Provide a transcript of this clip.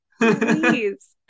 Please